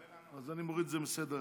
אז אני מוריד את זה מסדר-היום.